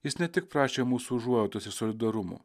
jis ne tik prašė mūsų užuojautos ir solidarumo